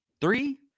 three